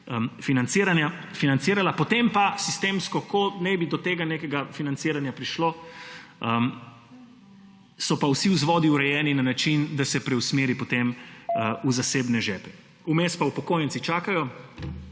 financiral; potem pa sistemsko, kako naj bi do tega nekega financiranja prišlo, so pa vsi vzvodi urejeni na način, da se preusmeri potem v zasebne žepe. Vmes pa upokojenci čakajo,